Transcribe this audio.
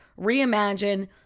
reimagine